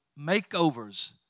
makeovers